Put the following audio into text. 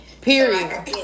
period